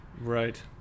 Right